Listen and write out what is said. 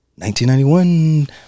1991